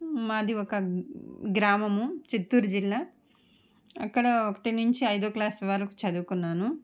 మాది ఒక గ్రామము చిత్తూరు జిల్లా అక్కడ ఒకటి నుంచి ఐదో క్లాస్ వరకు చదువుకున్నాను